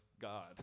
god